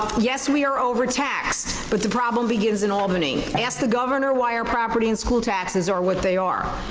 yes, we are overtaxed, but the problem begins in albany. ask the governor why our property and school taxes are what they are.